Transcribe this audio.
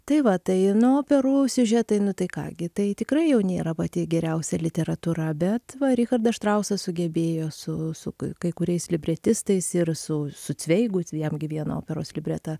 tai va tai nu operų siužetai nu tai ką gi tai tikrai jau nėra pati geriausia literatūra bet va richardas štrausas sugebėjo su su kai kai kuriais libretistais ir su su cveigu jam gi vieną operos libretą